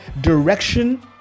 direction